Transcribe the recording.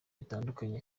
bitandukanye